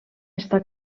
està